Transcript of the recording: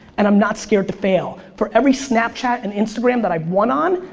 and i'm not scared to fail. for every snapchat and instagram that i've won on,